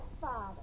father